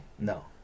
No